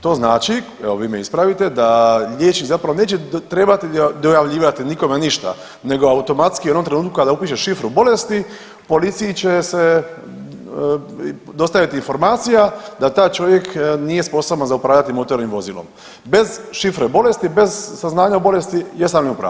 To znači, evo vi me ispravite, da liječnik zapravo neće trebati dojavljivati nikome ništa nego automatski onog trenutka kada upiše šifru bolesti policiji će se dostaviti informacija da taj čovjek nije sposoban za upravljati motornim vozilom, bez šifre bolesti, bez saznanja o bolesti, jesam li u pravu?